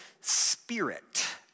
spirit